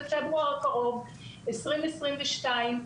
בפברואר 22' הקרוב,